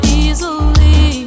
easily